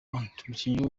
umukinnyi